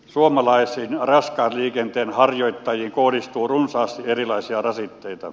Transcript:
suomalaisiin raskaan liikenteen harjoittajiin kohdistuu runsaasti erilaisia rasitteita